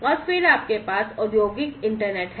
और फिर आपके पास औद्योगिक इंटरनेट है